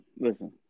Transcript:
listen